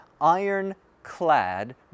iron-clad